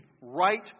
right